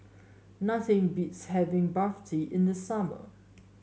nothing beats having Barfi in the summer